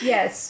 Yes